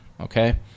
Okay